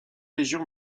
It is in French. régions